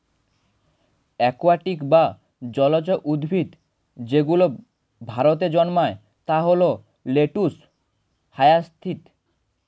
aquatic বা জলজ উদ্ভিদ যেগুলো ভারতে জন্মায় তা হল লেটুস, হায়াসিন্থ